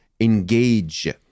engage